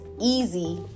easy